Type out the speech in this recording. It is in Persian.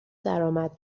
درآمد